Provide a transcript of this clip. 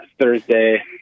Thursday